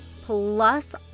plus